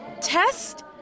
Test